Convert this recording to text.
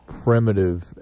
primitive